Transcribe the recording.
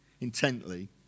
intently